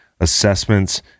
assessments